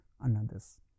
another's